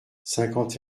cinquante